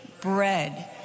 bread